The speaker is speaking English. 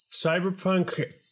cyberpunk